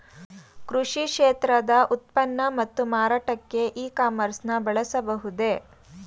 ಕೃಷಿ ಕ್ಷೇತ್ರದ ಉತ್ಪನ್ನ ಮತ್ತು ಮಾರಾಟಕ್ಕೆ ಇ ಕಾಮರ್ಸ್ ನ ಬಳಸಬಹುದೇ?